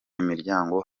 imiryango